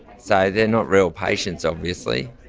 so they're not real patients obviously.